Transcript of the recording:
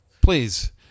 Please